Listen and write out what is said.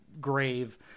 grave